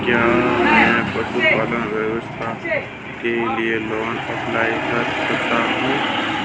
क्या मैं पशुपालन व्यवसाय के लिए लोंन अप्लाई कर सकता हूं?